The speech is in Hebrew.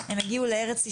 הם הגיעו לארץ ישראל,